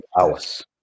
hours